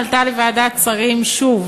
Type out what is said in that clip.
תעבור להמשך טיפול לוועדת החוץ והביטחון.